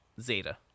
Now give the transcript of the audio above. Zeta